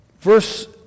Verse